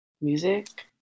music